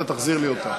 אתה תחזיר לי אותה.